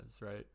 Right